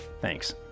Thanks